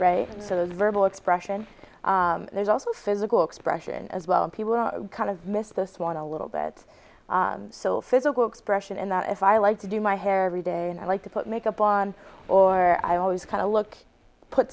right to the verbal expression there's also physical expression as well and people kind of missed this one a little bit so physical expression and that if i like to do my hair every day and i like to put makeup on or i always kind of look put